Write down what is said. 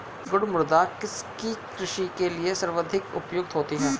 रेगुड़ मृदा किसकी कृषि के लिए सर्वाधिक उपयुक्त होती है?